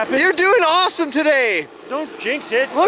i mean you're doing awesome today. don't jinx it. look